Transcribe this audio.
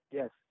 yes